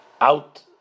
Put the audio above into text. out